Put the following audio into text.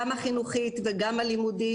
גם החינוכית וגם הלימודית,